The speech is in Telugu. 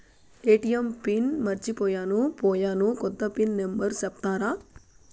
ఎ.టి.ఎం పిన్ మర్చిపోయాను పోయాను, కొత్త పిన్ నెంబర్ సెప్తారా?